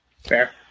Fair